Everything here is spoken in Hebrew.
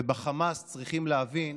ובחמאס צריכים להבין